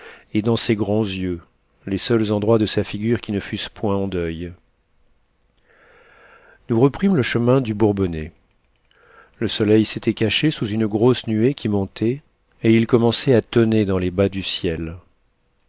et dans ses grands yeux les seuls endroits de sa figure qui ne fussent point en deuil nous reprîmes le chemin du bourbonnais le soleil s'était caché sous une grosse nuée qui montait et il commençait à tonner dans les bas du ciel